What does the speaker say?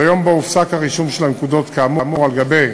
שהוא היום שבו הופסק הרישום של הנקודות כאמור על-גבי